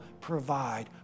provide